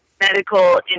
medical